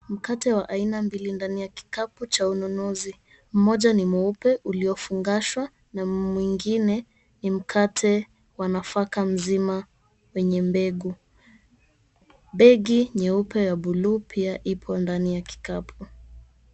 Mkate wa aina mbili ndani ya kikapu cha ununuzi. Mmoja ni mweupe uliofungashwa na mwingine ni mkate wa nafaka mzima wenye mbegu. Begi nyeupe ya bulu pia ipo ndani ya kikapu.